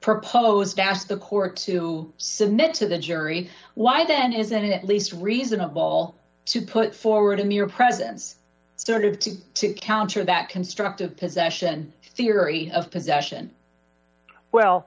proposed to ask the court to submit to the jury why then isn't it at least reasonable to put forward a mere presence started to to counter that constructive possession theory of possession well